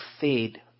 fade